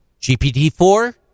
GPT-4